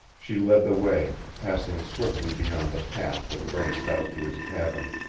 she led the way, passing swiftly beyond the path that branched out to his cabin.